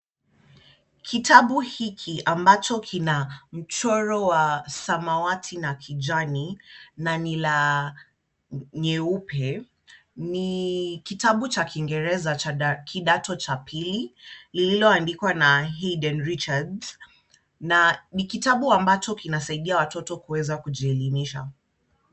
Kitabu hiki ambacho kina mchoro wa samawati na kijani na ni la nyeupe. Ni kitabu cha kiingereza cha kidato cha pili lililoandikwa na Hayden Richards na ni kitabu ambacho kinasaidia watoto kuweza kujielimisha.